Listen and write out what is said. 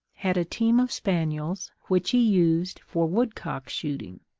had a team of spaniels, which he used for woodcock shooting.